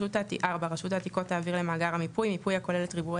רשות העתיקות תעביר למאגר המיפוי מיפוי הכולל את ריבועי